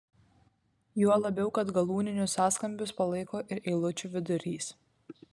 juo labiau kad galūninius sąskambius palaiko ir eilučių vidurys